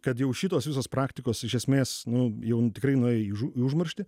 kad jau šitos visos praktikos iš esmės nu jau tikrai nuėjo į užmarštį